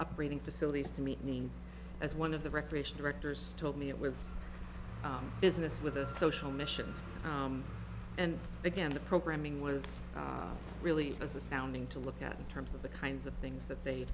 breeding facilities to meet needs as one of the recreation directors told me it was a business with a social mission and again the programming was really astounding to look at in terms of the kinds of things that they